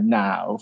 now